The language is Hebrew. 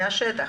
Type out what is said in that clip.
מהשטח.